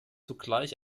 zugleich